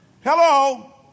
Hello